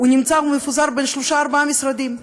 מפוזר בין שלושה-ארבעה משרדים.